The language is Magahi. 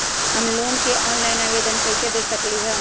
हम लोन के ऑनलाइन आवेदन कईसे दे सकलई ह?